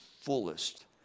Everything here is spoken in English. fullest